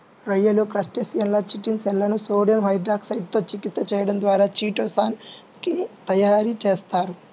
రొయ్యలు, క్రస్టేసియన్ల చిటిన్ షెల్లను సోడియం హైడ్రాక్సైడ్ తో చికిత్స చేయడం ద్వారా చిటో సాన్ ని తయారు చేస్తారు